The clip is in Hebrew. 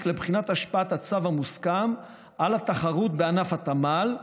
לבחינת השפעת הצו המוסכם על התחרות בענף התמ"ל,